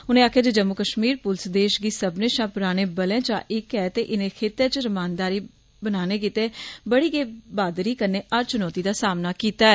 उनें आक्खेआ जम्मू कश्मीर पुलस देश दी सब्मनें शा पराने बल चा इक ऐ ते इनें खिते च रमानदारी बनाने गित्तै बड़ी गै बहादुरी कन्नै हर चुनौती दा सामना कीता ऐ